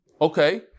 Okay